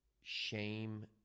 shame